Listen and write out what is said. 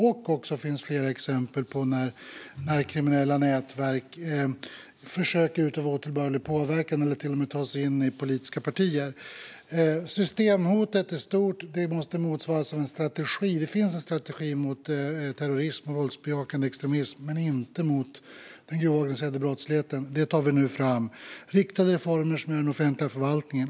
Och det finns flera exempel på när kriminella nätverk försöker utöva otillbörlig påverkan eller till och med ta sig in i politiska partier. Systemhotet är stort; det måste motsvaras av en strategi. Det finns en strategi mot terrorism och våldsbejakande extremism men inte mot den grova organiserade brottsligheten. Det tar vi nu fram, liksom riktade reformer för den offentliga förvaltningen.